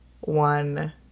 one